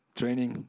training